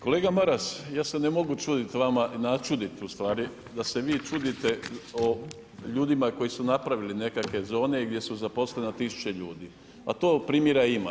Kolega Maras, ja se ne mogu čuditi vama, načuditi ustvari da se vi čudite ljudima koji su napravili nekakve zone i gdje su zaposlili na tisuće ljudi, a tih primjera ima.